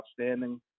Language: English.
outstanding